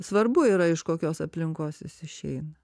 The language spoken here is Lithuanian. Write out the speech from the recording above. svarbu yra iš kokios aplinkos jis išeina